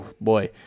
boy